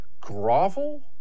grovel